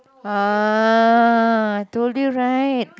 ah told you right